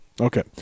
Okay